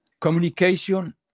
Communication